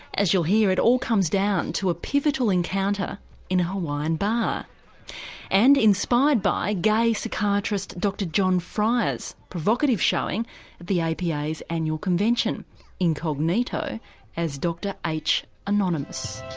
as you'll hear, it all comes down to a pivotal encounter in a hawaiian bar and inspired by gay psychiatrist dr john fryer's provocative showing the apa's annual convention incognito as dr h anonymous.